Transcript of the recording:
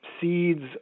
seeds